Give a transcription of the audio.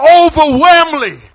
overwhelmingly